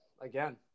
Again